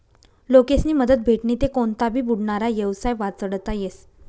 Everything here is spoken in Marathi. लोकेस्नी मदत भेटनी ते कोनता भी बुडनारा येवसाय वाचडता येस